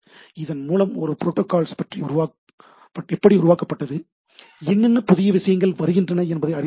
இதன் மூலம் இந்த புரோட்டோகால் எப்படி உருவாக்கப்பட்டது என்னென்ன புதிய விஷயங்கள் வருகின்றன என்பதை அறிந்து கொள்ளலாம்